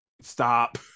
Stop